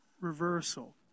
reversal